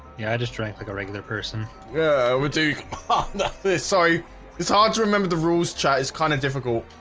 yeah, i just drank like a regular person yeah, we do sorry it's hard to remember the rules chat is kind of difficult